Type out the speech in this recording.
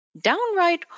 Downright